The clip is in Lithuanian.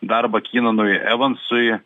darbą kynanui evansui